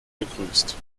begrüßt